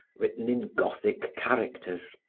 written in gothic characters.